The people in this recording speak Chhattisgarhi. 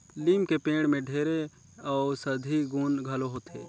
लीम के पेड़ में ढेरे अउसधी गुन घलो होथे